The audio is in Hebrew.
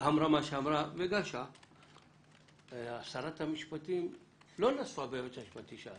אמרה מה שאמרה וגלשה שרת המשפטים לא נזפה ביועץ המשפטי שלה.